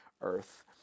earth